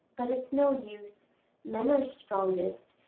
but it's no use men are strongest,